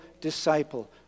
disciple